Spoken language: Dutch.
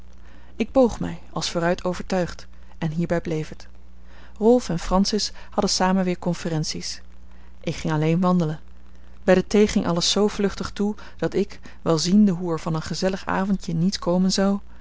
ik boog mij als vooruit overtuigd en hierbij bleef het rolf en francis hadden samen weer conferenties ik ging alleen wandelen bij de thee ging alles zoo vluchtig toe dat ik wel ziende hoe er van een gezellig avondje niets komen zou